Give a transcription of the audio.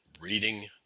Reading